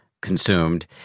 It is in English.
consumed